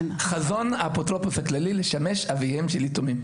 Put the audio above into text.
חזון האפוטרופוס הכללי לשמש אביהם של יתומים.